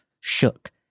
shook